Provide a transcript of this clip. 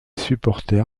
supporter